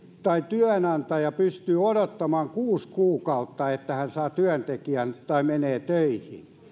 tai työnantaja pystyy odottamaan kuusi kuukautta että työnantaja saa työntekijän tai työntekijä menee töihin